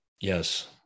Yes